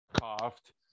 coughed